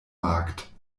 markt